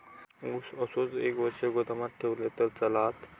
ऊस असोच एक वर्ष गोदामात ठेवलंय तर चालात?